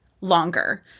longer